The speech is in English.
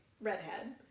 redhead